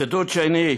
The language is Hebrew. ציטוט שני: